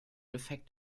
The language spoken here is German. effekt